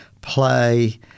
play